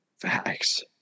Facts